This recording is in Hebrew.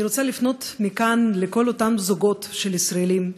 אני רוצה לפנות מכאן לכל אותם זוגות של ישראלים,